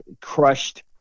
crushed